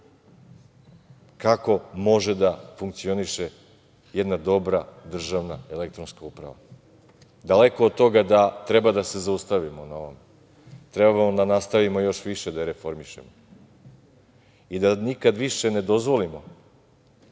kako može da funkcioniše jedna dobra državna elektronska uprava. Daleko od toga da treba da se zaustavimo na ovome, trebamo da nastavimo još više da je reformišemo i da nikad više ne dozvolimo